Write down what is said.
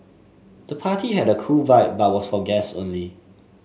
the party had a cool vibe but was for guests only